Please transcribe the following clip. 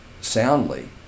soundly